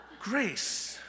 grace